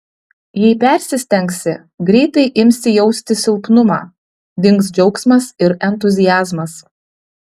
jei persistengsi greitai imsi jausti silpnumą dings džiaugsmas ir entuziazmas